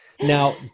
Now